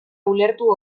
ulertu